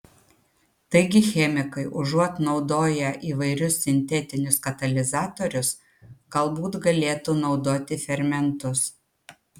taigi chemikai užuot naudoję įvairius sintetinius katalizatorius galbūt galėtų naudoti fermentus